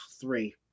three